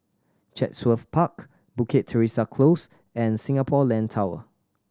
Chatsworth Park Bukit Teresa Close and Singapore Land Tower